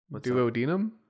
Duodenum